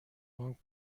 بانک